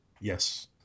Yes